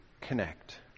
connect